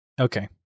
Okay